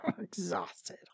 Exhausted